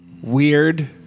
Weird